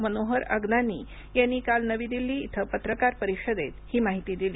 मनोहर अग्नानी यांनी काल नवी दिल्ली इथं पत्रकार परिषदेत ही माहिती दिली